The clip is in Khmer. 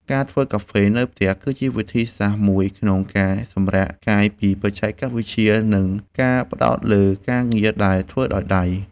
ការធ្វើកាហ្វេនៅផ្ទះ គឺជាវិធីសាស្រ្តមួយក្នុងការសម្រាកកាយពីបច្ចេកវិទ្យា និងការផ្ដោតលើការងារដែលធ្វើដោយដៃ។